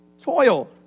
toil